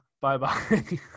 Bye-bye